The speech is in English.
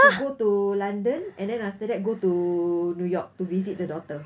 to go to london and then after that go to new york to visit the daughter